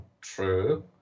true